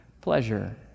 pleasure